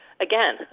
again